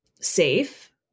safe